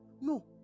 No